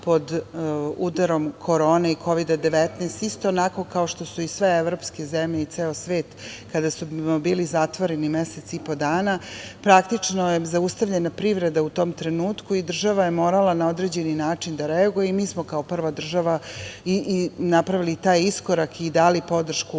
pod udarom korone i Kovida - 19, isto onako kao što su i sve evropske zemlje i ceo svet, kada smo bili zatvoreni mesec i po dana. Praktično je zaustavljena privreda u tom trenutku i država je morala na određeni način da reaguje. Mi smo kao prva država napravili taj iskorak i dali podršku